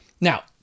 Now